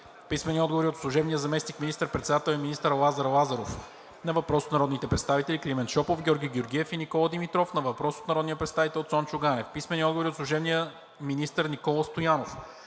писмени отговори от служебния заместник министър председател и министър Лазар Лазаров на въпрос от народните представители Климент Шопов, Георги Георгиев и Никола Димитров; на въпрос от народния представител Цончо Ганев. – служебния министър Никола Стоянов